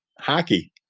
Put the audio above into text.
hockey